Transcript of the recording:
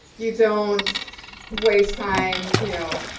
you don't waste time, you know,